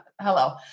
Hello